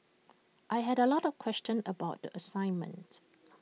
I had A lot of questions about the assignment